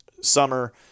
summer